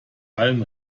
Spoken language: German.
allen